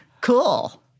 cool